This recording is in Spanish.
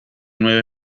nueve